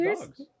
dogs